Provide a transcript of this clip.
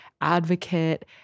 advocate